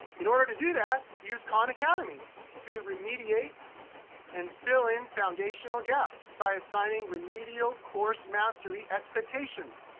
in order to do that, use khan academy to remediate and fill in foundational gaps by assigning remedial course mastery expectations.